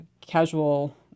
casual